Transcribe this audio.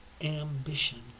ambition